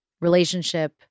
relationship